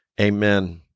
amen